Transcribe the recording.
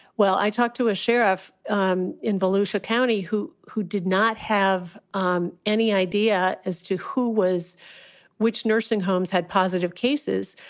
well, i talked to a sheriff um in volusia county who who did not have um any idea as to who was which nursing homes had positive cases.